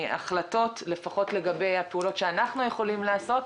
החלטות, לפחות לגבי הפעולות שאנחנו יכולים לעשות.